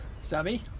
Sammy